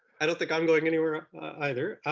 i don't think i'm going anywhere either.